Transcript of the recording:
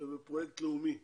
ובפרויקט לאומי.